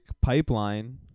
pipeline